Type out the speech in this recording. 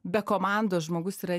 be komandos žmogus yra